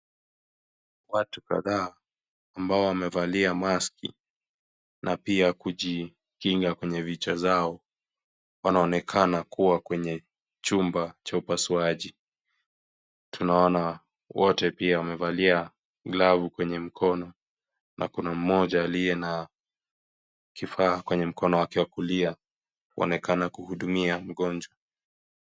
Watu kadhaa ambao wamevalia maski na pia kujikinga kwenye vichwa zao wanaonekana kuwa kwenye chumba cha upasuaji. Tunaona wote pia wamevalia glavu kwenye mkono na kuna mmoja aliye na kifaa kwenye mkono wake wa kulia kuonekana kuhudumia mgonjwa.